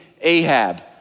Ahab